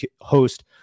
host